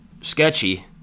sketchy